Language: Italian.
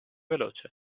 veloce